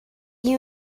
you